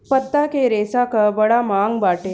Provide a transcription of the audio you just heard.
पत्ता के रेशा कअ बड़ा मांग बाटे